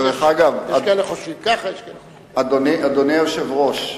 אדוני היושב-ראש,